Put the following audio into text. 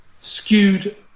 skewed